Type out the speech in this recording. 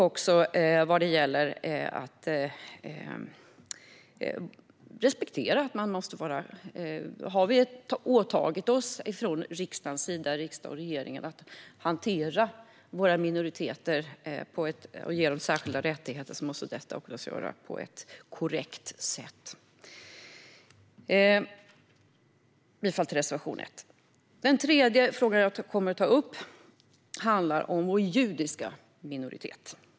Om vi nu från riksdagens och regeringens sida har åtagit oss att hantera våra minoriteter och att ge dem särskilda rättigheter måste detta göras på ett korrekt sätt. Jag yrkar, som sagt, bifall till reservation 1. Den tredje frågan som jag kommer att ta upp handlar om vår judiska minoritet.